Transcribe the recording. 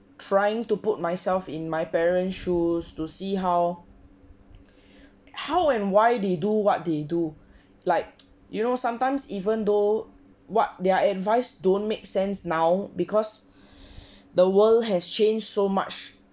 trying to put myself in my parents' shoes to see how how and why they do what they do like you know sometimes even though what they are advised don't make sense now because the world has changed so much